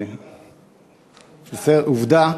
"עובדה".